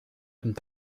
und